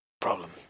problem